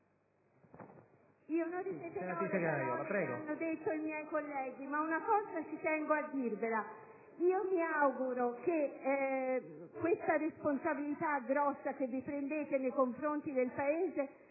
non ripeterò le parole che hanno detto i miei colleghi, ma una cosa ci tengo a dirvela. Io mi auguro che questa responsabilità grossa che vi prendete nei confronti del Paese